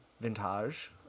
vintage